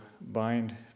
bind